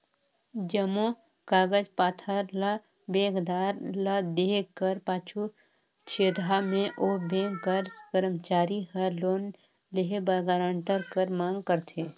जम्मो कागज पाथर ल बेंकदार ल देहे कर पाछू छेदहा में ओ बेंक कर करमचारी हर लोन लेहे बर गारंटर कर मांग करथे